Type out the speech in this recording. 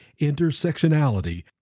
intersectionality